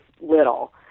little